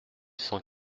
cent